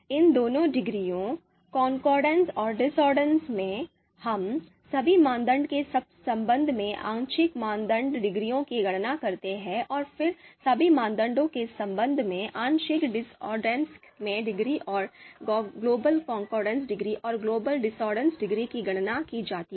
इन दोनों डिग्रियों कॉन्कोर्डेंस और discordance में हम सभी मानदंड के संबंध में आंशिक कॉनकॉर्ड डिग्रियों की गणना करते हैं और फिर सभी मानदंडों के संबंध में आंशिक डिसऑर्डर में डिग्री और ग्लोबल कॉनकॉर्ड डिग्री और ग्लोबल discordance डिग्री की गणना की जाती है